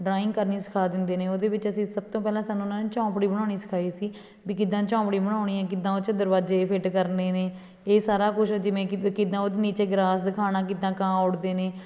drawing ਕਰਨੀ ਸਿਖਾ ਦਿੰਦੇ ਨੇ ਉਹਦੇ ਵਿੱਚ ਅਸੀਂ ਸਭ ਤੋਂ ਪਹਿਲਾਂ ਸਾਨੂੰ ਉਹਨਾਂ ਨੇ ਝੌਂਪੜੀ ਬਣਾਉਣੀ ਸਿਖਾਈ ਸੀ ਵੀ ਕਿੱਦਾਂ ਝੌਂਪੜੀ ਬਣਾਉਣੀ ਆ ਕਿੱਦਾਂ ਉਹ 'ਚ ਦਰਵਾਜ਼ੇ ਫਿੱਟ ਕਰਨੇ ਨੇ ਇਹ ਸਾਰਾ ਕੁਛ ਜਿਵੇਂ ਕਿ ਕਿੱਦਾਂ ਉਹਦੇ ਨੀਚੇ ਗ੍ਰਾਸ ਦਿਖਾਉਣਾ ਕਿੱਦਾਂ ਕਾਂ ਉੱਡਦੇ ਨੇ